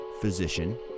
physician